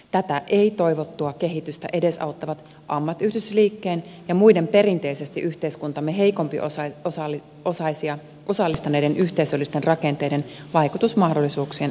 tätä ei toivottua kehitystä edesauttavat ammattiyhdistysliikkeen ja muiden perinteisesti yhteiskuntamme heikompiosaisia osallistaneiden yhteisöllisten rakenteiden vaikutusmahdollisuuksien kapeneminen